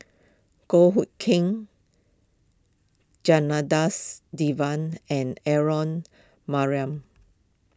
Goh Hood Keng Janadas Devan and Aaron marram